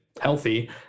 healthy